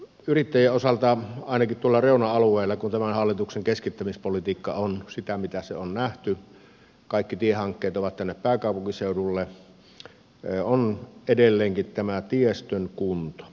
yrittäjien osalta ainakin reuna alueilla kun tämän hallituksen keskittämispolitiikka on sitä mitä on nähty kaikki tiehankkeet ovat tänne pääkaupunkiseudulle on tärkeä edelleenkin tämä tiestön kunto